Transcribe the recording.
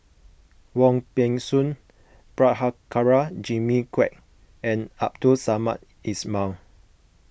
Wong Peng Soon Prabhakara Jimmy Quek and Abdul Samad Ismail